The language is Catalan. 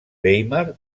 weimar